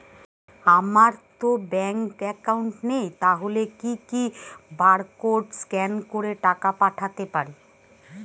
আমারতো bank account নেই তাহলে কি কি বারকোড স্ক্যান করে টাকা পাঠাতে পারি?